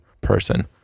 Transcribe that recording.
person